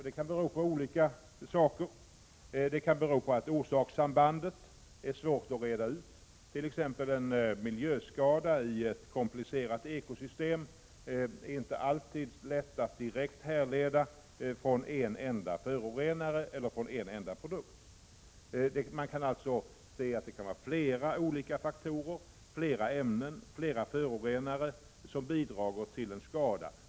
Det kan bero på olika förhållanden. Orsakssambandet kan vara svårt att reda ut. En miljöskada i ett komplicerat ekosystem är t.ex. inte alltid lätt att direkt härleda från en enda förorenare eller från en enda produkt. Det kan alltså vara flera olika faktorer, flera ämnen, flera förorenare som bidrar till en skada.